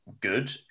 good